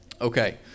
Okay